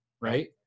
Right